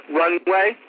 runway